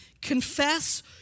confess